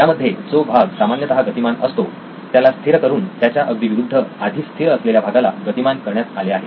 यामध्ये जो भाग सामान्यतः गतिमान असतो त्याला स्थिर करून त्याच्या अगदी विरुद्ध आधी स्थिर असलेल्या भागाला गतिमान करण्यात आले आहे